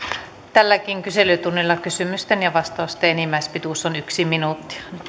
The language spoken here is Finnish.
tälläkin kyselytunnilla kysymysten ja vastausten enimmäispituus on yksi minuutti